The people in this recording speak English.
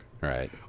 Right